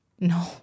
No